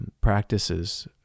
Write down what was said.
practices